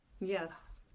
Yes